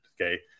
Okay